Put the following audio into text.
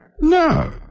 no